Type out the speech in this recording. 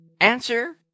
Answer